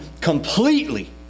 completely